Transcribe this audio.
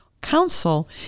council